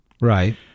Right